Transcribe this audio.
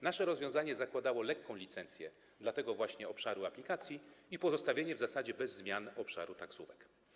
Nasze rozwiązanie zakładało wprowadzenie lekkiej licencji dla tego właśnie obszaru aplikacji i pozostawienie w zasadzie bez zmian obszaru taksówek.